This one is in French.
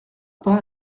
pas